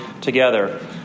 together